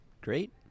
Great